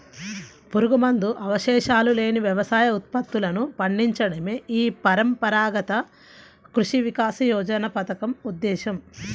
పురుగుమందు అవశేషాలు లేని వ్యవసాయ ఉత్పత్తులను పండించడమే ఈ పరంపరాగత కృషి వికాస యోజన పథకం ఉద్దేశ్యం